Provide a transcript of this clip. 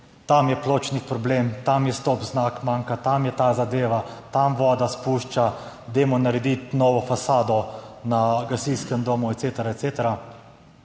tam je pločnik problem, tam stop znak manjka, tam je ta zadeva, tam voda spušča, dajmo narediti novo fasado na gasilskem domu et